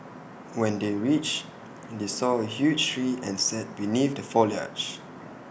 when they reached they saw A huge tree and sat beneath the foliage